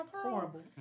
Horrible